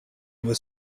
was